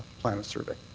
planners survey.